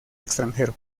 extranjero